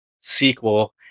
sequel